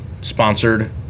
sponsored